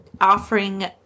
offering